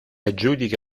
aggiudica